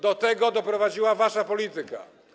Do tego doprowadziła wasza polityka.